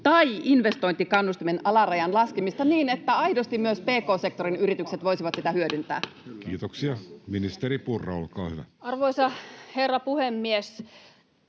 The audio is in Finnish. investointikannustimen alarajan laskemista niin, että aidosti myös pk-sektorin yritykset voisivat sitä hyödyntää? Kiitoksia. — Ministeri Purra, olkaa hyvä. Arvoisa herra puhemies!